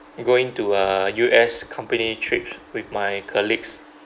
going to uh U_S company trip with my colleagues